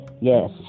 yes